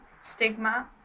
stigma